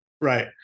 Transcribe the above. Right